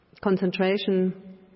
concentration